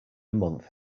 month